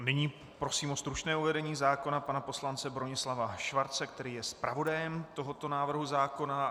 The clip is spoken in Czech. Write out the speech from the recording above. Nyní prosím o stručné uvedení zákona pana poslance Bronislava Schwarze, který je zpravodajem tohoto návrhu zákona.